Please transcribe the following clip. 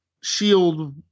shield